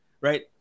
right